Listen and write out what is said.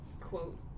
quote